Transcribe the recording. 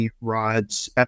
rods